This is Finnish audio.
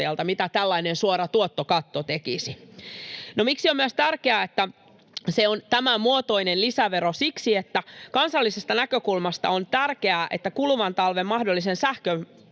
mitä tällainen suora tuottokatto tekisi. No miksi on myös tärkeää, että se on tämänmuotoinen lisävero? Siksi, että kansallisesta näkökulmasta on tärkeää, että kuluvan talven mahdollisen sähköpulan